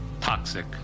toxic